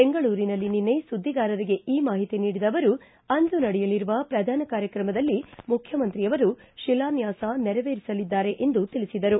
ಬೆಂಗಳೂರಿನಲ್ಲಿ ನಿನ್ನೆ ಸುದ್ದಿಗಾರರಿಗೆ ಈ ಮಾಹಿತಿ ನೀಡಿದ ಅವರು ಅಂದು ನಡೆಯಲಿರುವ ಪ್ರಧಾನ ಕಾರ್ಯಕ್ರಮದಲ್ಲಿ ಮುಖ್ಯಮಂತ್ರಿಯವರು ಶಿಲಾನ್ಯಾಸ ನೆರವೇರಿಸಲಿದ್ದಾರೆ ಎಂದು ತಿಳಿಸಿದರು